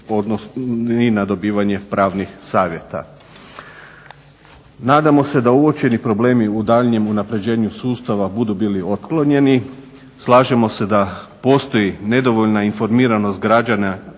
i na dobivanje pravnih savjeta. Nadamo se da uočeni problemi u daljnjem unapređenju sustava budu bili otklonjeni. Slažemo se da postoji nedovoljna informiranost građana